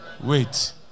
Wait